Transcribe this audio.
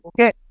Okay